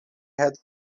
had